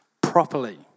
properly